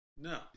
No